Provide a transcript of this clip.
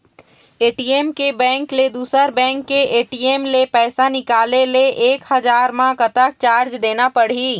ATM के bank ले दुसर बैंक के ए.टी.एम ले पैसा निकाले ले एक हजार मा कतक चार्ज देना पड़ही?